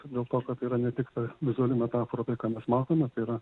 dėl to kad yra ne tik ta vizuali metafora tai ką mes matome tai yra